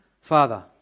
Father